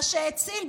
מה שהציל,